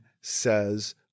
says